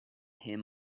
him